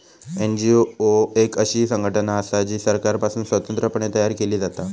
NGO एक अशी संघटना असा जी सरकारपासुन स्वतंत्र पणे तयार केली जाता